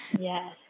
yes